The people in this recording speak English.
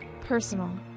Personal